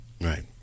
Right